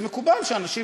זה מקובל שאנשים,